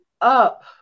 up